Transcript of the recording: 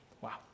wow